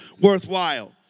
worthwhile